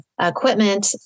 equipment